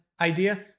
idea